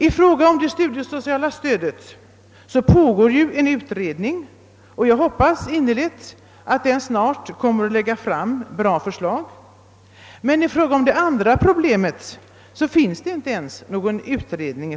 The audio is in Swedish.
I fråga om det studiesociala stödet pågår en utredning, och jag hoppas innerligt att den snart kommer att lägga fram bra förslag. Men när det gäller frågan om tjänstledighet pågår inte någon utredning.